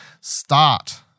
start